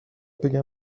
بگم